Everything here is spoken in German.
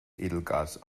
edelgas